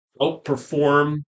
outperform